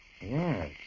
Yes